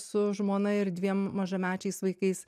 su žmona ir dviem mažamečiais vaikais